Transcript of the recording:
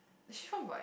sure my